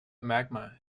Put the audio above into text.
magma